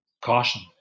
caution